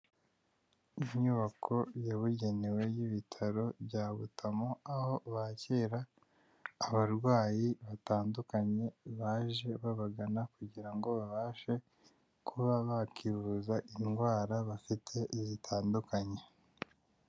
Inyubako yabugenewe y'ibitaro bya Butamu aho bakira abarwayi batandukanye baje babagana kugira ngo babashe, kuba bakivuza indwara bafite zitandukanye.